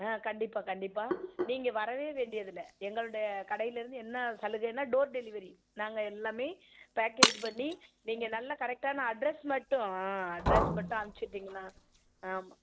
ஆ கண்டிப்பாக கண்டிப்பாக நீங்கள் வரவே வேண்டியதில்லை எங்களுடைய கடையிலருந்து என்ன சலுகைன்னா டோர் டெலிவரி நாங்கள் எல்லாமே பேக்கேஜ் பண்ணி நீங்கள் நல்ல கரெக்டான அட்ரஸ் மட்டும் அட்ரஸ் மட்டும் அனுப்பிசிட்டிங்கனா ஆமாம்